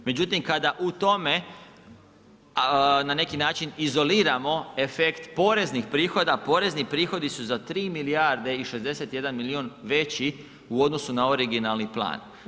Međutim kada u tome na neki način izoliramo efekt poreznih prihoda, porezni prihodi su za 3 milijarde i 61 milijuna veći u odnosu na originalni plan.